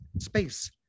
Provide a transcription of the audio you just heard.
Space